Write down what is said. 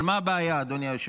אבל מה הבעיה, אדוני היושב-ראש?